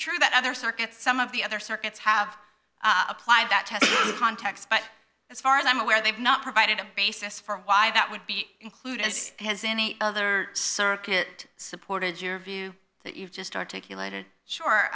true that other circuits some of the other circuits have applied that test context but as far as i'm aware they've not provided a basis for why that would be included as has any other circuit supported your view that you've just articulated